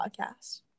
podcast